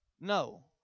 No